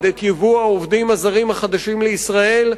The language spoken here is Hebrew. את ייבוא העובדים הזרים החדשים לישראל,